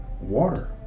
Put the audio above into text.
water